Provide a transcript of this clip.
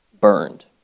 burned